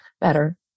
better